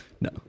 no